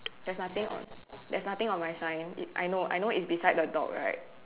there's nothing on there's nothing on my sign it I know I know it's beside the dog right